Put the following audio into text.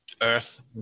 Earth